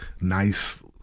nice